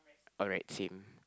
alright Kim